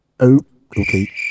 okay